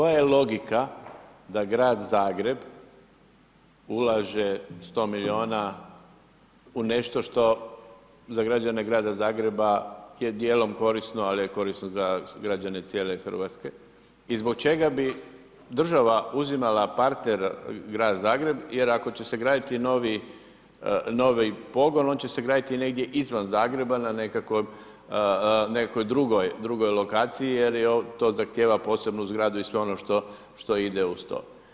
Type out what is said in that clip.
Koja je logika da grad Zagreb ulaže 100 milijuna u nešto što za građane grada Zagreba je dijelom korisno, ali je korisno za građane cijele Hrvatske i zbog čega bi država uzimala partner grad Zagreb jer ako će se graditi novi pogon, on će se graditi negdje izvan Zagreba na nekakvoj drugoj lokaciji jer to zahtijeva posebnu zgradu i sve ono što ide uz to.